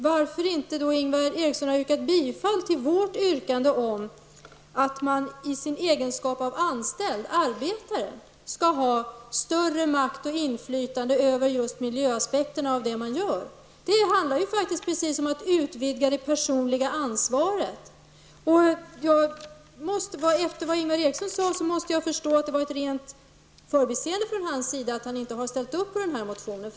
Varför har då Ingvar Eriksson då inte yrkat bifall till vänsterpartiets yrkande att man i sin egenskap av anställd, arbetare, skall ha större makt och inflytande över just miljöaspekterna av det man tillverkar? Det handlar just precis om att utvidga det personliga ansvaret. Jag förstår att det måste vara ett rent förbiseende från Ingvar Erikssons sida att han inte har ställt upp på den motionen.